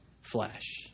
flesh